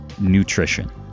nutrition